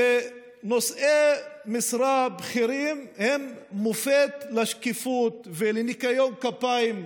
שנושאי משרה בכירים הם מופת לשקיפות ולניקיון כפיים.